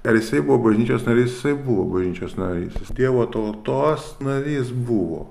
ar jisai buvo bažnyčios narys jisai buvo bažnyčios narys dievo tautos narys buvo